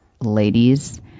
ladies